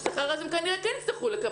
בעניין.